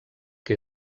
que